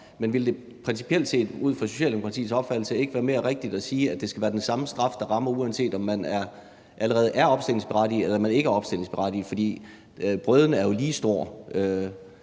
men ville det principielt efter Socialdemokratiets opfattelse ikke være mere rigtigt at sige, at det skal være den samme straf, der rammer, uanset om man allerede er opstillingsberettiget eller ikke er opstillingsberettiget? Brøden er jo lige stor,